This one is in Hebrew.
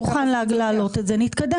אם אתה מוכן להעלות את זה, נתקדם.